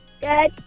good